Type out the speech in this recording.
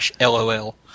Lol